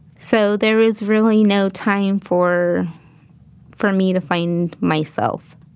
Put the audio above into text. so there is really no time for for me to find myself.